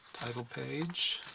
title page.